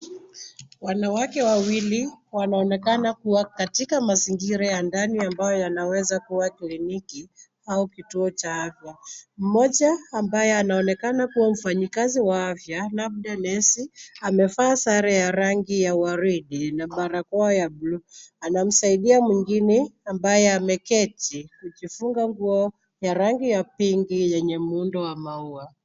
Wanawake wawili wanaonekana kuwa katika mazingira ya ndani, ambayo yanaweza kuwa kliniki au kituo cha afya. Mmoja ambaye anaonekana kuwa mfanyikazi wa afya labda nesi, amevaa sare ya rangi ya waridi na barakoa ya bluu, anamsaidia mwingine ambaye ameketi akifunga nguo ya rangi ya pinki yenye muundo wa maua.